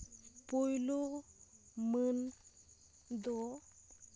ᱯᱳᱭᱞᱳ ᱢᱟᱹᱱ ᱫᱚ